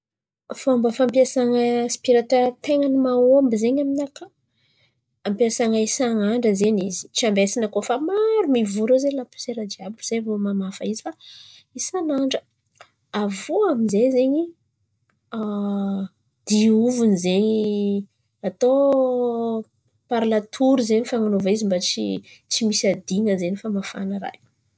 Fômba fampiasan̈a aspiratera ten̈any mahomby zen̈y aminaka ampiasain̈a isan'andra zen̈y izy. Tsy ambesana koa fa maro mivory eo zen̈y laposiere jiàby zay vao mamafa izy fa isan'andra. Avô amin'jay zen̈y diovin̈y zen̈y atao par latoro zen̈y fan̈anaovana izy amin'zay tsisy adin̈a zen̈y famafana raha io.